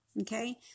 Okay